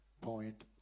point